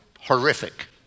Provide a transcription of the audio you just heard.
horrific